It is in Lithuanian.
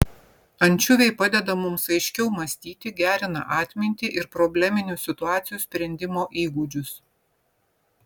ančiuviai padeda mums aiškiau mąstyti gerina atmintį ir probleminių situacijų sprendimo įgūdžius